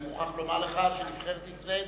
המשחק עם מקסיקו, אני מוכרח לומר לך שנבחרת ישראל